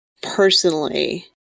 personally